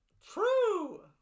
True